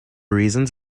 reasons